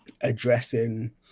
addressing